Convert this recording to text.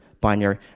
binary